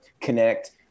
connect